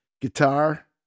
guitar